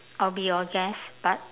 I'll be your guest but